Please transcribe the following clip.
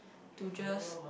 to just